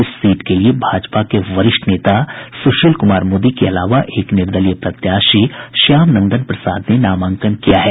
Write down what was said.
इस सीट के लिए भाजपा के वरिष्ठ नेता सुशील कुमार मोदी के अलावा एक निर्दलीय प्रत्याशी श्याम नंदन प्रसाद ने नामांकन किया है